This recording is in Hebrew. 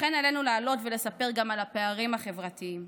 לכן עלינו לעלות ולספר גם על הפערים החברתיים,